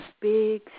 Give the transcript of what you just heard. big